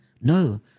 No